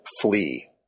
Flee